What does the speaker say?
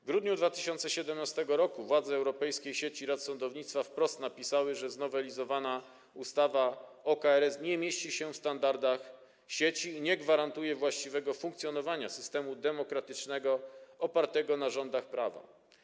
W grudniu 2017 r. władze Europejskiej Sieci Rad Sądownictwa wprost napisały, że znowelizowana ustawa o KRS nie mieści się w standardach sieci i nie gwarantuje właściwego funkcjonowania systemu demokratycznego opartego na rządach prawa.